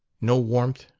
no warmth,